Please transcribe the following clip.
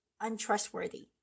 untrustworthy